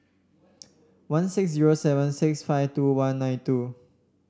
one six zero seven six five two one nine two